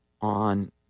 on